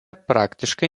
praktiškai